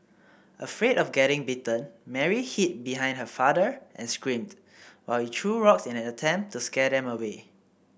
afraid of getting bitten Mary hid behind her father and screamed while he threw rocks in an attempt to scare them away